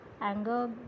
anger